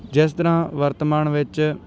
ਜਿਸ ਤਰ੍ਹਾਂ ਵਰਤਮਾਨ ਵਿੱਚ